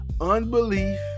Unbelief